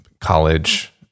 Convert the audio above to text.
college